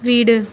வீடு